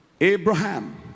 Abraham